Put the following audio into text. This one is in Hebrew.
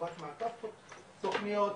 לטובת מעקב אחר תוכניות,